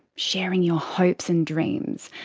sharing your hopes and dreams,